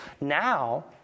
Now